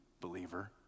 believer